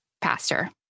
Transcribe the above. pastor